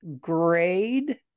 grade